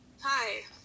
hi